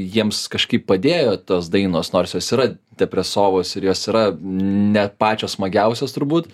jiems kažkaip padėjo tos dainos nors jos yra depresovos ir jos yra ne pačios smagiausios turbūt